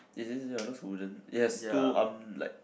is this ya looks wooden yes two arm like